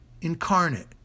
incarnate